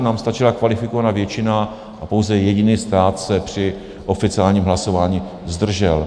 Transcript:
Nám stačila kvalifikovaná většina a pouze jediný stát se při oficiálním hlasování zdržel.